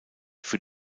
für